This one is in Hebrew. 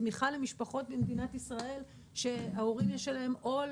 תמיכה למשפחות במדינת ישראל שעל ההורים יש עול